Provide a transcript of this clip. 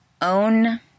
Own